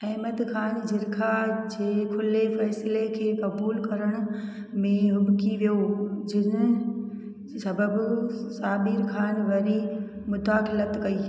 अहमद ख़ान जिरखा जे खुले फ़ैसिले खे क़बूलु करण में हुबि॒की वियो जिन सबबु साबिर ख़ान वरी मुदाख़्लतु कई